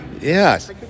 yes